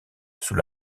sous